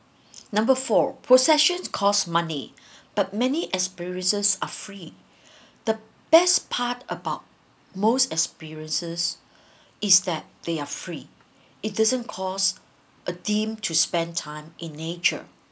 number four possession cost money but many experiences are free the best part about most experiences is that they are free it doesn't cost a dime to spend time in nature